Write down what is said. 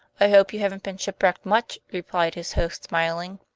i hope you haven't been shipwrecked much, replied his host, smiling.